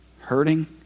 hurting